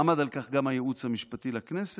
עמד על כך גם הייעוץ המשפטי לכנסת,